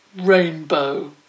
Rainbow